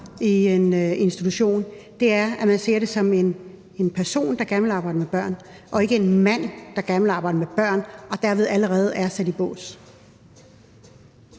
i en institution, altså at man ser dem som personer, der gerne vil arbejde med børn, og ikke som mænd, der gerne vil arbejde med børn og derved allerede er sat i bås.